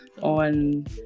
on